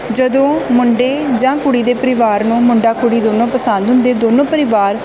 ਜਦੋਂ ਮੁੰਡੇ ਜਾਂ ਕੁੜੀ ਦੇ ਪਰਿਵਾਰ ਨੂੰ ਮੁੰਡਾ ਕੁੜੀ ਦੋਨੋਂ ਪਸੰਦ ਹੁੰਦੇ ਦੋਨੋਂ ਪਰਿਵਾਰ